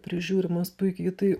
prižiūrimas puikiai tai